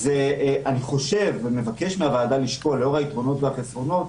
אני חושב ומבקש מהוועדה לשקול לאור היתרונות והחסרונות,